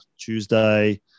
Tuesday